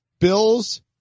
Bills